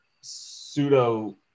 Pseudo